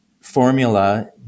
formula